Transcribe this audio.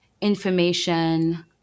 information